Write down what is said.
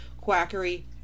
quackery